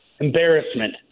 embarrassment